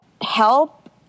help